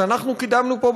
שאנחנו קידמנו פה,